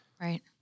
Right